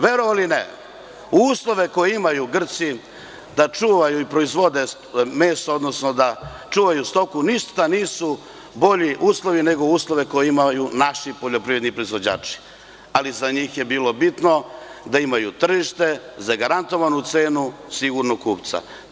Verovali ili ne, uslove koji imaju Grci da čuvaju i proizvode meso, odnosno da čuvaju stoku ništa nisu bolji uslovi nego uslovi koje imaju naši poljoprivredni proizvođači, ali za njih je bilo bitno da imaju tržište, zagarantovanu cenu, sigurnog kupca.